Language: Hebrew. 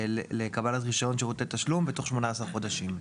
לקבלת רישיון שירותי תשלום בתוך 18 חודשים.